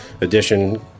edition